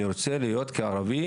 אני רוצה להיות כערבי,